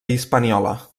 hispaniola